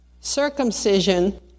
circumcision